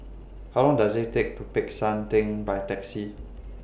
How Long Does IT Take to Peck San Theng By Taxi